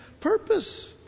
purpose